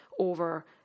over